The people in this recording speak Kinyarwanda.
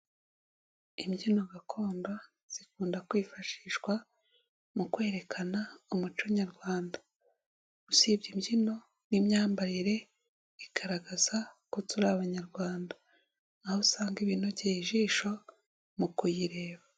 Imbyino gakondo zikunda kwifashishwa mu kwerekana umuco nyarwanda, usibye imbyino n'imyambarire igaragaza ko turi Abanyarwanda aho usanga binogeye ijisho mu kuyireba.